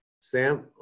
Sam